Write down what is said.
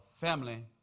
family